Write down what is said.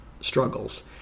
struggles